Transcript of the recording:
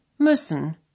müssen